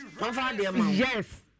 yes